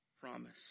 promise